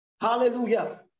Hallelujah